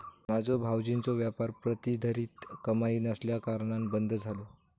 माझ्यो भावजींचो व्यापार प्रतिधरीत कमाई नसल्याकारणान बंद झालो